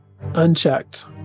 Unchecked